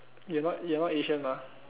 you're not you're not Asian mah